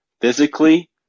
physically